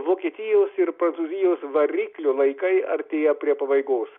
vokietijos ir prancūzijos variklių laikai artėja prie pabaigos